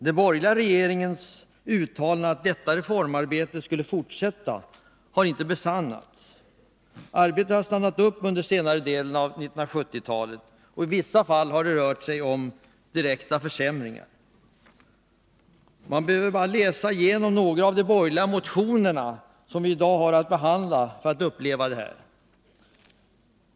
De borgerliga regeringarnas uttalande att detta reformarbete skulle fortsätta har inte besannats. Arbetet har stannat upp under senare delen av 1970-talet. I vissa fall har det rört sig om direkta försämringar. Man behöver bara läsa igenom några av de borgerliga motioner som vi i dag har att behandla för att uppleva detta.